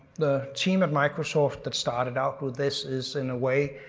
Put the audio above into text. the team at microsoft that started out with this is in a way,